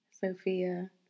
Sophia